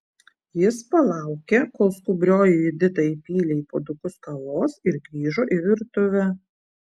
jis palaukė kol skubrioji judita įpylė į puodukus kavos ir grįžo į virtuvę